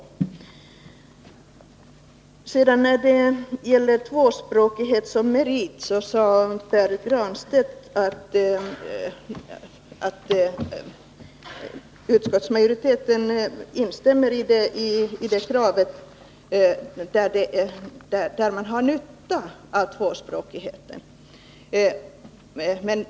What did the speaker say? När det gäller kravet på att tvåspråkighet skall betraktas som merit sade Pär Granstedt att utskottsmajoriteten instämmer i det kravet i de fall där man har nytta av tvåspråkigheten.